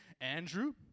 Andrew